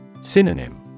Synonym